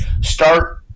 start